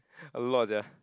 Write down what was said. a lot sia